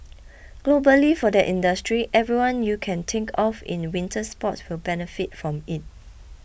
globally for that industry everyone you can think of in winter sports will benefit from it